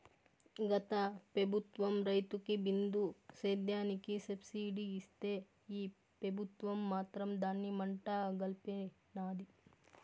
గత పెబుత్వం రైతులకి బిందు సేద్యానికి సబ్సిడీ ఇస్తే ఈ పెబుత్వం మాత్రం దాన్ని మంట గల్పినాది